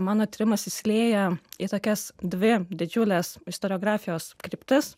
mano tyrimas įsilieja į tokias dvi didžiules istoriografijos kryptis